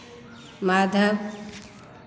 Madhav